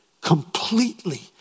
completely